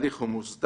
התהליך הוא מוסדר,